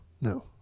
No